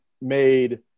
made